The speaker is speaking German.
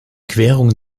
querung